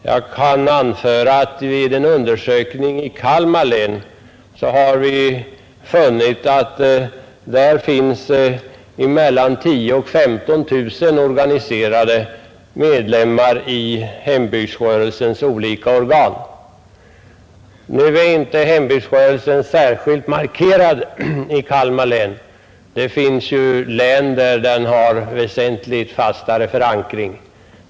Jag kan anföra att vi vid en undersökning i Kalmar län har funnit, att där finns mellan 10 000 och 15 000 organiserade medlemmar i hembygdsrörelsens olika organ. Nu är hembygdsrörelsen inte särskilt markerad i Kalmar län. Det finns län där den har en väsentligt fastare förankring.